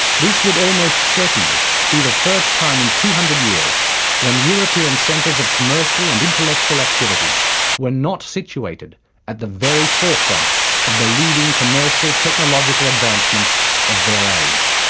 this would almost certainly be the first time in two hundred years when european centres of commercial and intellectual activity were not situated at the very forefront of the leading commercial technological advancements of their age.